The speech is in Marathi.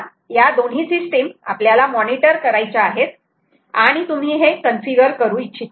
या दोन्ही सिस्टीम आपल्याला मॉनिटर करायच्या आहेत आणि तुम्ही हे कन्फिगर करू इच्छितात